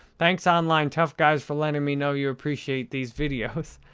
thanks, online tough guys, for letting me know you appreciate these videos.